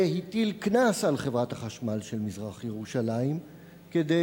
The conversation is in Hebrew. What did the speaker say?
והטיל קנס על חברת החשמל של מזרח-ירושלים כדי